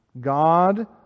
god